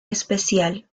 especial